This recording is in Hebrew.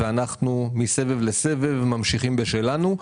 ואנחנו מסבב לסבב ממשיכים בשלנו.